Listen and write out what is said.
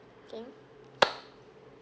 K